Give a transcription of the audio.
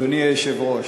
אדוני היושב-ראש,